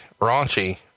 raunchy